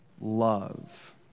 Love